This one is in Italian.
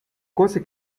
cose